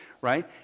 right